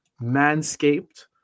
Manscaped